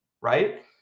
Right